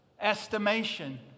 estimation